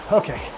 okay